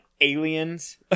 Aliens